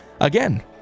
Again